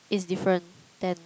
it's different ten